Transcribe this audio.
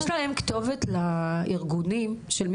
לארגונים כתובת לפנות אליה?